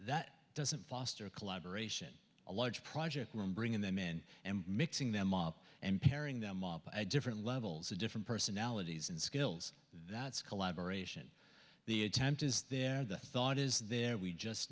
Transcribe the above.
that doesn't foster collaboration a large project room bringing them in and mixing them up and pairing them up at different levels have different personalities and skills that's collaboration the attempt is there the thought is there we just